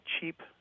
cheap